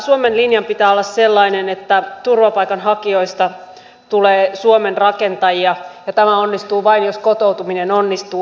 suomen linjan pitää olla sellainen että turvapaikanhakijoista tulee suomen rakentajia ja tämä onnistuu vain jos kotoutuminen onnistuu